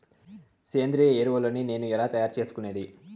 సేంద్రియ ఎరువులని నేను ఎలా తయారు చేసుకునేది?